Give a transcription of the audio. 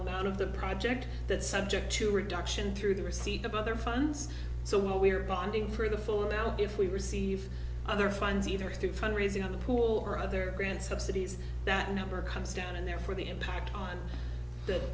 amount of the project that subject to reduction through the receipt of other funds so we are bonding for the full well if we receive other funds either through fund raising on the pool or other grants subsidies that number comes down and therefore the impact on the